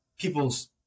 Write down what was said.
people's